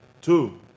Two